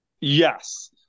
Yes